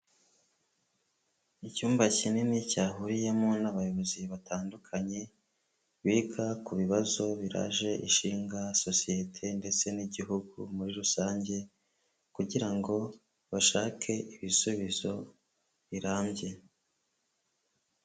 Icyumba kinini cyahuriyemo n'abayobozi batandukanye biga ku bibazo biraje ishinga sosiyete ndetse n'igihugu muri rusange kugira ngo bashake ibisubizo birambye.